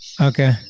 okay